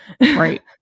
Right